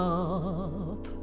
up